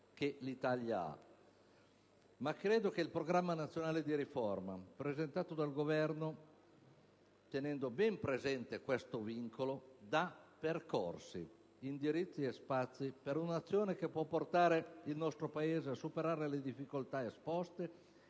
ha. Tuttavia, credo che il Programma nazionale di riforma presentato dal Governo, tenendo ben presente questo vincolo, dia percorsi, indirizzi e spazi per un'azione che può portare il nostro Paese a superare le difficoltà esposte